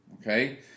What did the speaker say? Okay